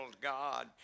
God